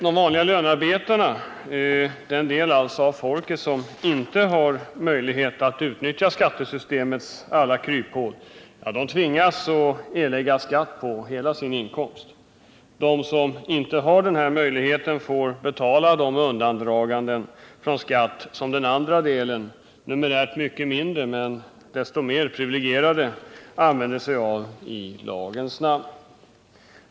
De vanliga lönearbetarna — den del av befolkningen som inte har möjlighet att utnyttja skattesystemets alla kryphål — tvingas att erlägga skatt på hela sin inkomst. De som inte har möjlighet att utnyttja kryphålen får betala de undandraganden från skatt som de andra, en numerärt mycket mindre grupp men desto mer privilegierade, använder sig av i lagens namn.